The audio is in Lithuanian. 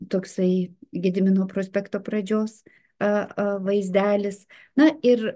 toksai gedimino prospekto pradžios a a vaizdelis na ir